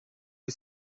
est